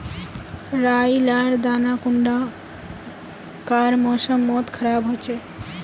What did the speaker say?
राई लार दाना कुंडा कार मौसम मोत खराब होचए?